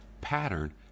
pattern